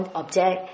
object